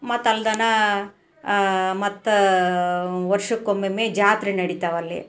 ಮತ್ತೆ ಅಲ್ದನೆ ಮತ್ತೆ ವರ್ಷಕ್ಕೊಮ್ಮೊಮ್ಮೆ ಜಾತ್ರೆ ನಡಿತಾವಲ್ಲಿ